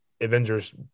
Avengers